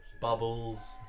bubbles